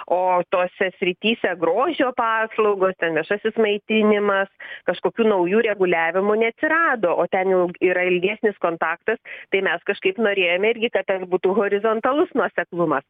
o tose srityse grožio paslaugos ten viešasis maitinimas kažkokių naujų reguliavimų neatsirado o ten jau yra ilgesnis kontaktas tai mes kažkaip norėjom irgi kad tas būtų horizontalus nuoseklumas